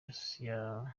yasanze